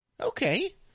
Okay